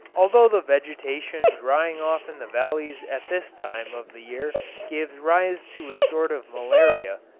although the vegetation dying off in the valleys at this time of the year gives rise to a sort of malaria,